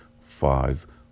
five